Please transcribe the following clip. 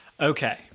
Okay